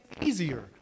easier